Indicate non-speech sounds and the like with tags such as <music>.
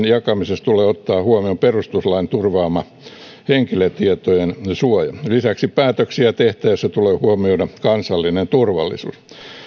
<unintelligible> jakamisessa tulee ottaa huomioon perustuslain turvaama henkilötietojen suoja lisäksi päätöksiä tehtäessä tulee huomioida kansallinen turvallisuus